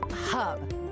hub